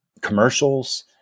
commercials